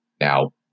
Now